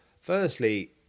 firstly